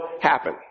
happen